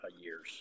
years